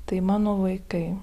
tai mano vaikai